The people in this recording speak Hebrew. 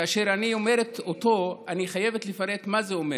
כאשר אני אומרת אותו אני חייבת לפרט מה זה אומר: